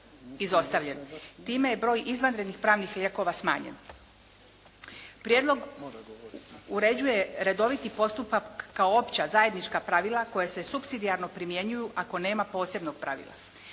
Time je broj izvanrednih pravnih lijekova smanjen. Prijedlog uređuje redoviti postupak kao opća, zajednička pravila koja je supsidijarno primjenjuju ako nema posebnog pravila.